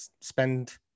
spend